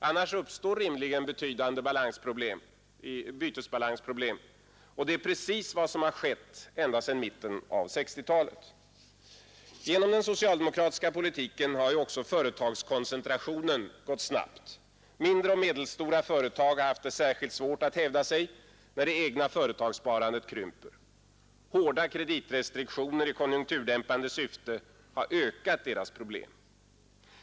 Annars uppstår rimligen betydande bytesbalansproblem, och det är precis vad som har skett ända sedan mitten av 1960-talet. Genom den socialdemokratiska politiken har ju också företagskoncentrationen gått snabbt. Mindre och medelstora företag har haft det särskilt svårt att hävda sig, när det egna företagssparandet krymper. Hårda kreditrestriktioner i konjunkturdämpande syfte har ökat deras problem.